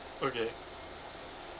okay